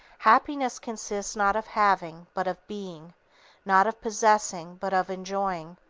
happiness consists not of having, but of being not of possessing, but of enjoying.